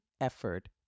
effort